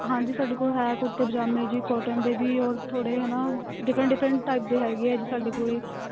ਹਾਂਜੀ ਸਾਡੇ ਕੋਲ ਹੈ ਕੁੜਤੇ ਪਜਾਮੇ ਜੀ ਕੋਟਨ ਦੇ ਵੀ ਔਰ ਥੋੜੇ ਹੈ ਨਾ ਡਿਫਰੈਂਟ ਡਿਫਰੈਂਟ ਟਾਈਪ ਦੇ ਹੈਗੇ ਆ ਜੀ ਸਾਡੇ ਕੋਲੇ